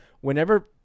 Whenever –